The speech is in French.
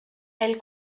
elle